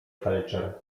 felczer